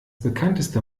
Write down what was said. bekannteste